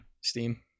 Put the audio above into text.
steam